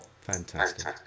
Fantastic